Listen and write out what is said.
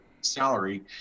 salary